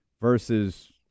versus